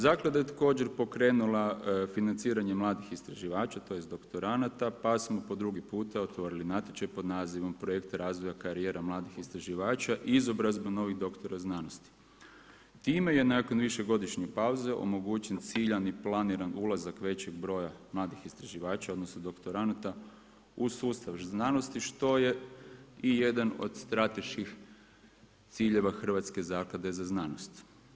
Zaklada je također pokrenula financiranje mladih istraživača, tj. doktoranata pa smo po drugi puta otvorili natječaj pod nazivom „Projekt razvoja karijera mladih istraživača, izobrazba novih doktora znanosti.“ Time je nakon višegodišnje pauze omogućen ciljani planiran ulazak većeg broja mladih istraživača, odnosno doktoranata u sustav znanosti što je i jedan od strateških ciljeva Hrvatske zaklade za znanost.